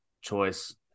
choice